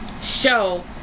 show